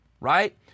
right